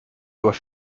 dois